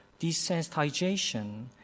desensitization